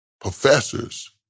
professors